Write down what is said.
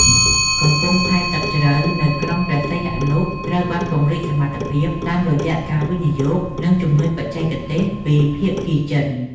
កំពង់ផែទឹកជ្រៅនៅក្រុងព្រះសីហនុត្រូវបានពង្រីកសមត្ថភាព តាមរយៈការវិនិយោគ និងជំនួយបច្ចេកទេសពីភាគីចិន។